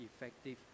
effective